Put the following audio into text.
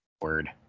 Word